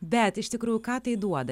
bet iš tikrųjų ką tai duoda